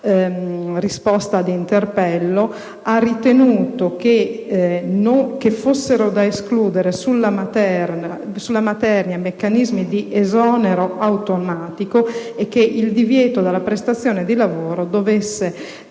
risposta ad interpello, ha ritenuto che fossero da escludere sulla materia meccanismi di esonero automatico e che il divieto della prestazione di lavoro dovesse